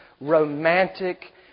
romantic